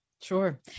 Sure